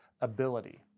ability